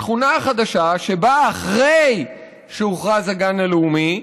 השכונה החדשה, שבאה אחרי שהוכרז הגן הלאומי,